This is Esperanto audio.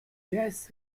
jes